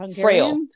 frail